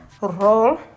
roll